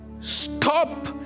Stop